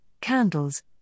candles